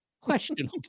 questionable